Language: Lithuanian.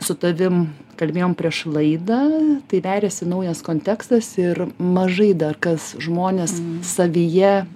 su tavim kalbėjom prieš laidą tai veriasi naujas kontekstas ir mažai dar kas žmonės savyje